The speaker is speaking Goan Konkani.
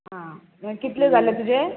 आ कितले जाले तुजे